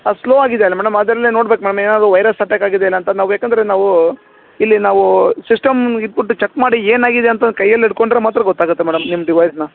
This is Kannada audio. ಅದು ಸ್ಲೋ ಆಗಿದ್ಯಲ್ಲ ಮೇಡಮ್ ಅದರಲ್ಲೆ ನೋಡ್ಬೇಕು ಮ್ಯಾಮ್ ಏನಾದರು ವೈರಸ್ ಅಟ್ಯಾಕ್ ಆಗಿದೆಯಾ ಇಲ್ಲ ಅಂತ ನಾವು ಯಾಕೆಂದ್ರೆ ನಾವು ಇಲ್ಲಿ ನಾವು ಸಿಸ್ಟಮ್ ಇಟ್ಬಿಟ್ಟು ಚೆಕ್ ಮಾಡಿ ಏನಾಗಿದೆ ಅಂತ ಕೈಯಲ್ಲಿ ಹಿಡ್ಕೊಂಡ್ರೆ ಮಾತ್ರ ಗೊತ್ತಾಗುತ್ತೆ ಮೇಡಮ್ ನಿಮ್ಮ ಡಿವೈಸಿನ